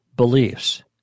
beliefs